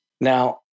Now